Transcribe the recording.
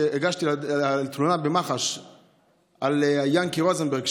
הגשתי תלונה במח"ש לגבי יענקי רוזנברג,